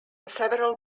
several